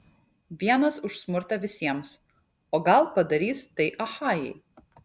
vienas už smurtą visiems o gal padarys tai achajai